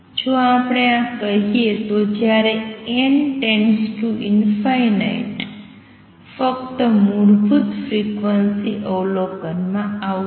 જો આપણે આ કહીયે તો જ્યારે n→∞ ફક્ત મૂળભૂત ફ્રિકવન્સી અવલોકન માં આવશે